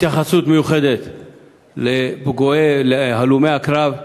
התייחסות מיוחדת להלומי הקרב,